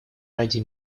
ради